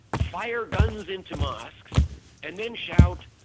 fire guns into mosques and then shout,